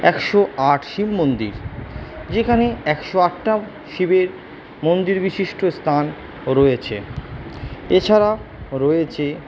একশো আট শিব মন্দির যেখানে একশো আটটা শিবের মন্দির বিশিষ্ট স্থান রয়েছে এছাড়া রয়েছে